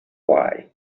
why